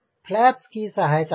flaps की सहायता से